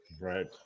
Right